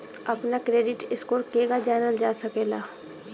अपना credit score केगा जानल जा सकेला?